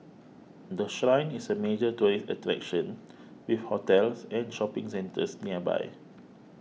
the Shrine is a major tourist attraction with hotels and shopping centres nearby